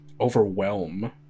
overwhelm